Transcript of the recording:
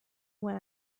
when